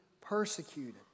persecuted